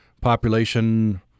population